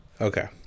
Okay